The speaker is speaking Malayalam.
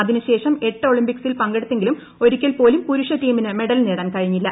അതിനു ശേഷം എട്ട് ഒളിംപിക്സിൽ പങ്കെടുത്തെങ്കിലും ഒരിക്കൽ പോലും പുരുഷ ടീമിന് മെഡൽ നേടാൻ കഴിഞ്ഞില്ല